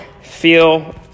feel